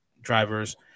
drivers